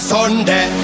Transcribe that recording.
Sunday